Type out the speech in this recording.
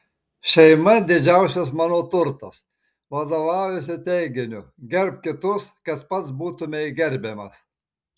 šeima didžiausias mano turtas vadovaujuosi teiginiu gerbk kitus kad pats būtumei gerbiamas